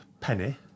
penny